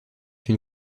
une